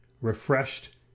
refreshed